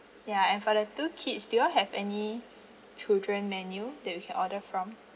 ya and for the two kids do y'all have any children menu that we can order from